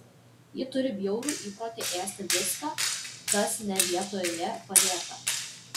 ji turi bjaurų įprotį ėsti viską kas ne vietoje padėta